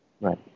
Right